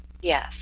Yes